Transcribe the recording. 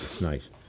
nice